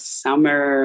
summer